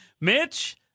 Mitch